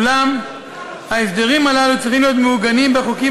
אולם ההסדרים הללו צריכים להיות מעוגנים בחוקים